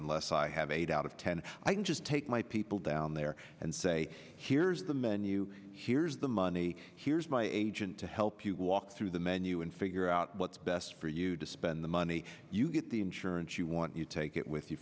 unless i have eight out of ten i can just take my people down there and say here's the menu here's the money here's my agent to help you walk through the menu and figure out what's best for you to spend the money you get the insurance you want you take it with you